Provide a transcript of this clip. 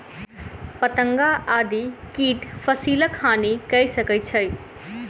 पतंगा आदि कीट फसिलक हानि कय सकै छै